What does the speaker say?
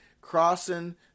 crossing